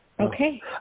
Okay